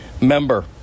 member